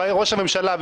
ראש הממשלה,